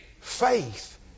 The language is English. Faith